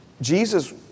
Jesus